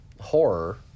horror